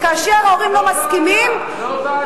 לא ועדה.